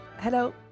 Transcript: Hello